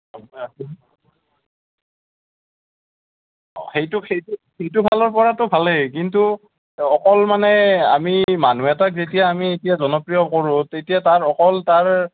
অ সেইটো সেইটো সেইটো ফালৰ পৰাতো ভালেই কিন্তু অকল মানে আমি মানুহ এটাক যেতিয়া আমি এতিয়া জনপ্ৰিয় কৰোঁ তেতিয়া তাৰ অকল তাৰ